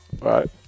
Right